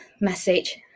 message